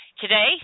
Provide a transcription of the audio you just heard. Today